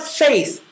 faith